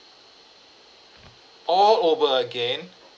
all over again